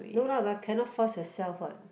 no lah but cannot force yourself what